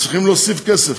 צריכים להוסיף כסף,